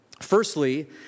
Firstly